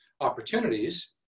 opportunities